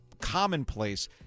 commonplace